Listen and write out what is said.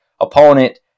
opponent